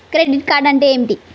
Credit card అంటే ఏమిటి?